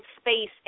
space